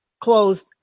closed